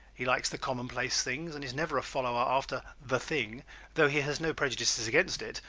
he likes the commonplace things and is never a follower after the thing though he has no prejudices against it,